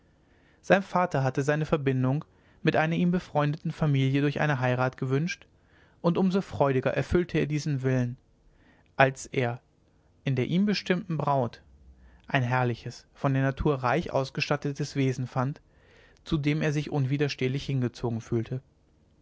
sein vater hatte seine verbindung mit einer ihm befreundeten familie durch eine heirat gewünscht und um so freudiger erfüllte er diesen willen als er in der ihm bestimmten braut ein herrliches von der natur reich ausgestattetes wesen fand zu dem er sich unwiderstehlich hingezogen fühlte